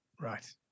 right